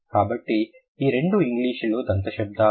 కాబట్టి ఈ రెండు ఇంగ్లీషులో దంత శబ్దాలు